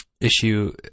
issue